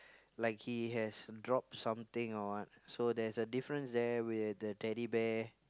like he has drop something or what so there's a difference there with the Teddy Bear